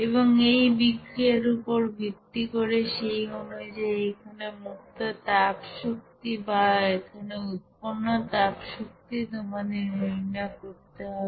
এবং এই বিক্রিয়ার উপর ভিত্তি করে সেই অনুযায়ী এখানে মুক্ত তাপ শক্তি বা এখানে উৎপন্ন তাপ শক্তি তোমাদের নির্ণয় করতে হবে